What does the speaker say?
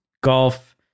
golf